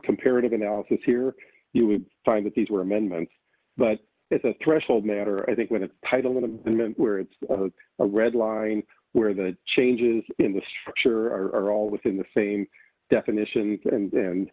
comparative analysis here you would find that these were amendments but it's a threshold matter i think when it's titled in a moment where it's a red line where the changes in the structure are all within the same definition and